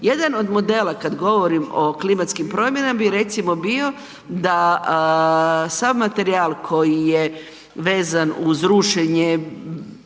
Jedan od modela kad govorim o klimatskim promjenama bi recimo bio da sav materijal koji je vezan uz rušenje